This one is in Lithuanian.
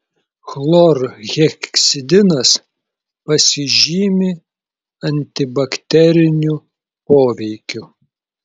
chlorheksidinas pasižymi antibakteriniu poveikiu